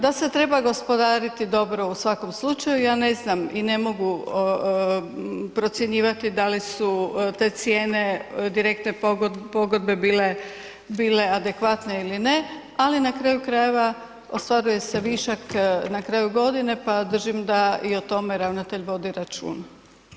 Da se treba gospodariti dobro u svakom slučaju, ja ne znam i ne mogu procjenjivati da li su te cijene direktne pogodbe bile adekvatne ili ne, ali na kraju krajeva ostvaruje se višak na kraju godine pa držim da i o tome ravnatelj vodi računa.